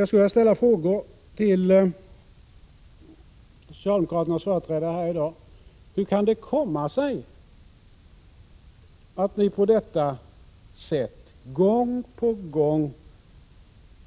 Jag skulle vilja fråga socialdemokraternas företrädare: Hur kan det komma sig att ni på detta sätt gång på gång